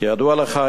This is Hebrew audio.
כידוע לך,